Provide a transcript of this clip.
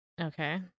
Okay